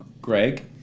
Greg